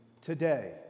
today